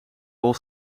bol